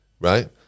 right